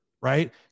right